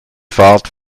fahrt